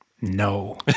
No